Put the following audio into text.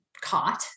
caught